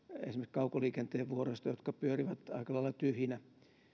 kaukoliikenteen vuoroista jotka pyörivät aika lailla tyhjinä